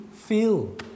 Feel